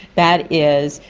that is,